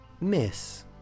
Miss